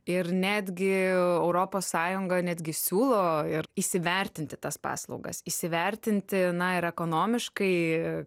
ir netgi europos sąjunga netgi siūlo ir įsivertinti tas paslaugas įsivertinti na ir ekonomiškai